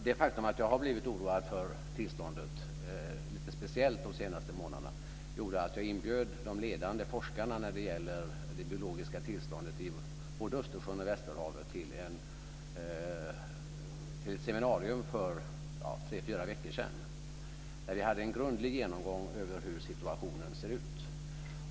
Det faktum att jag har blivit speciellt oroad för tillståndet under de senaste månaderna gjorde att jag inbjöd de ledande forskarna när det gäller det biologiska tillståndet i både Östersjön och västerhavet till ett seminarium för tre fyra veckor sedan. Vi hade en grundlig genomgång av hur situationen ser ut.